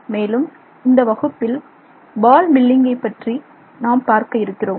மேலும் இந்த வகுப்பில் பால் மில்லிங்கை பற்றி நாம் பார்க்க இருக்கிறோம்